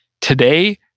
Today